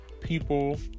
people